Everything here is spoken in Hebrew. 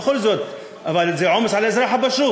ובכל זאת, אבל אם זה עומס על האזרח הפשוט,